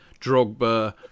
Drogba